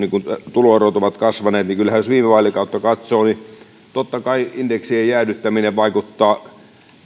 tuloerot ovat kasvaneet että kyllähän jos viime vaalikautta katsoo totta kai indeksien jäädyttäminen vaikuttaa